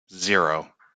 zero